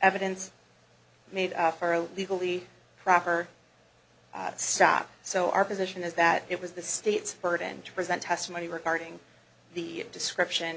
evidence made her legally proper stop so our position is that it was the state's burden to present testimony regarding the description